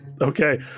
Okay